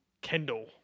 Kendall